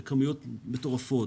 בכמויות מטורפות,